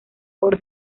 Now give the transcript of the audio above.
por